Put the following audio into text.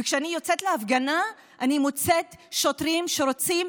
וכשאני יוצאת להפגנה אני מוצאת שוטרים שרוצים